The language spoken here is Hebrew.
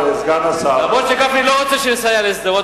למרות שגפני לא רוצה שנסייע לשדרות,